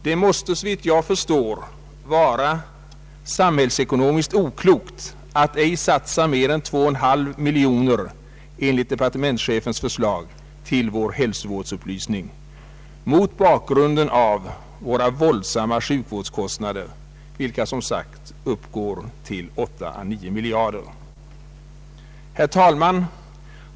Det måste, såvitt jag förstår, vara samhällsekonomiskt oklokt att ej satsa mer än 2,5 miljoner, enligt departementschefens förslag, till hälsovårdsupplysning, mot bakgrunden av de våldsamma sjukvårdskostnaderna på 8 å 9 miljarder. Herr talman!